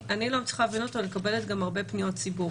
אני מקבלת גם הרבה פניות ציבור.